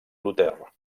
luter